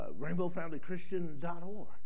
rainbowfamilychristian.org